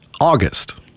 August